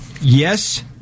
yes